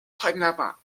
panama